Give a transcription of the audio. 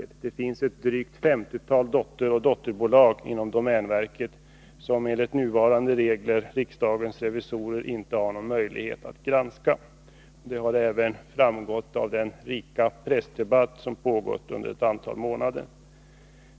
Det finns inom domänverket ett drygt femtiotal dotteroch dotterdotterbolag, som riksdagens revisorer enligt nuvarande regler inte har någon möjlighet att granska. Det har också framgått av den omfattande pressdebatt som pågått ett antal månader.